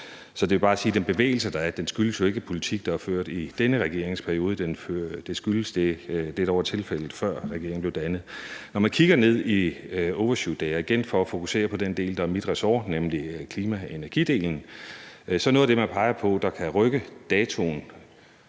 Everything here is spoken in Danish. Det er bare for at sige, at den bevægelse, der er, jo ikke skyldes politik, der er ført i denne regeringsperiode. Den skyldes det, der var tilfældet, før regeringen blev dannet. Når man kigger på overshootday – og igen fokuserer jeg på den del, der er mit ressort, nemlig klima- og energidelen – så er noget af det, man peger på der kan rykke datoen